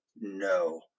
No